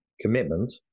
commitment